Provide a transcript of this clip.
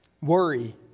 Worry